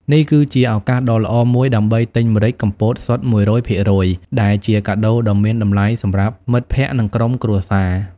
នេះគឺជាឱកាសដ៏ល្អមួយដើម្បីទិញម្រេចកំពតសុទ្ធ ១០០% ដែលជាកាដូដ៏មានតម្លៃសម្រាប់មិត្តភក្តិ និងក្រុមគ្រួសារ ។